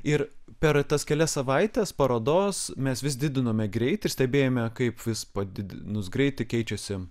ir per tas kelias savaites parodos mes vis didinome greitį ir stebėjome kaip vis padidinus greitį keičiasi